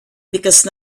because